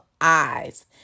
eyes